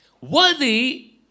Worthy